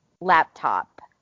laptop